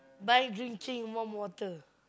buy drinking warm water